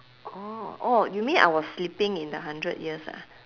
oh oh you mean I was sleeping in the hundred years ah